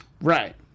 Right